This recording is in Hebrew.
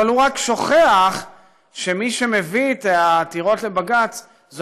אבל הוא רק שוכח שמה שמביא את העתירות לבג"ץ זה